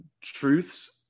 truths